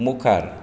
मुखार